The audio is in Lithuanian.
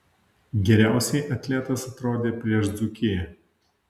geriausiai atletas atrodė prieš dzūkiją